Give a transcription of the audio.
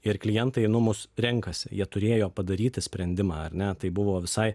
ir klientai nu mus renkasi jie turėjo padaryti sprendimą ar ne tai buvo visai